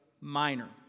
Minor